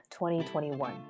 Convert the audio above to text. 2021